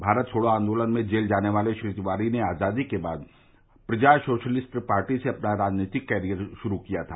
भारत छोड़ो आन्दोलन में जेल जाने वाले श्री तिवारी ने आजादी के बाद प्रजा सोशलिस्ट पार्टी से अपना राजनीतिक कैरियर शुरू किया था